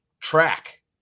Track